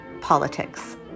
politics